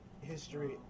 history